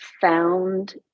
found